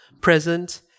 present